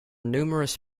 numerous